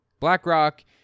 BlackRock